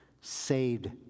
saved